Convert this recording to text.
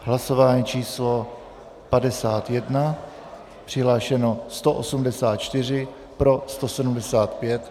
Hlasování číslo 51, přihlášeno 184, pro 175.